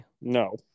No